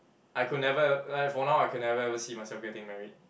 I could never like for now I can never ever see myself getting married